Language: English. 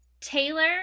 Taylor